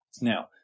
Now